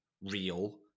real